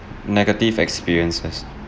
negative experiences